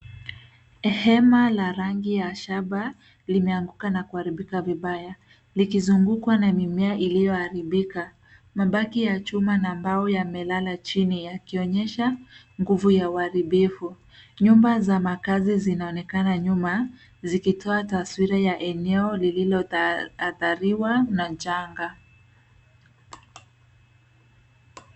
Hema la rangi ya shaba limeanguka na kuharibika vibaya likizungukwa na mimea iliyoharibika. Mabaki ya chuma na mbao yamelala chini yakionyesha nguvu ya uharibifu. Nyumba za makazi zinaonekana nyuma zikitoa taswira ya eneo lililoathiriwa na janga.